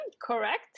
Correct